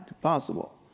possible